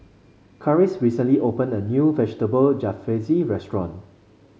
Karis recently opened a new Vegetable Jalfrezi restaurant